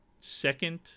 second